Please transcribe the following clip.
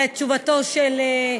לתשובתו של,